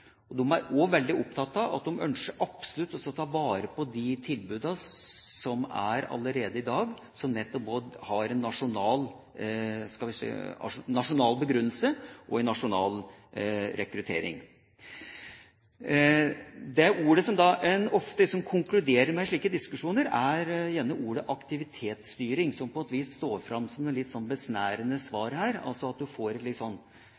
og regionalt arbeidsliv. De er også veldig opptatt av at de absolutt ønsker å ta vare på de tilbudene som allerede er i dag, og som har en nasjonal begrunnelse og nasjonal rekruttering. Det ordet man ofte konkluderer med i slike diskusjoner, er gjerne ordet aktivitetsstyring, som på et vis står fram som et litt besnærende svar, at man får